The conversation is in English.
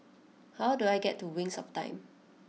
how do I get to Wings of Time